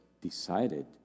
decided